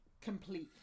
complete